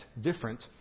different